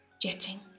jetting